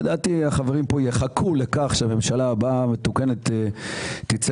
לדעתי החברים כאן יחכו לכך שהממשלה הבאה המתוקנת תצא